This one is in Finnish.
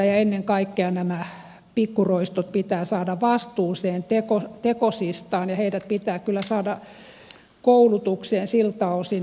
ennen kaikkea nämä pikkuroistot pitää saada vastuuseen tekosistaan ja heidät pitää kyllä saada koulutukseen siltä osin